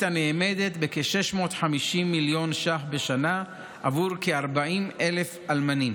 הנאמדת בכ-650 מיליון ש"ח בשנה עבור כ-40,000 אלמנים.